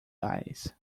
eyes